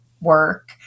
work